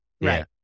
right